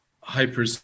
hyper